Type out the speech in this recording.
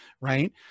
right